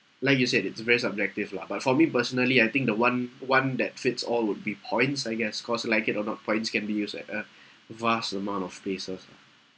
like you said it's very subjective lah but for me personally I think the one one that fits all would be points I guess cause like it or not points can be used at a vast amount of places